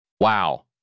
Wow